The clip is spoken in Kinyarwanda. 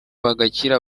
bagakira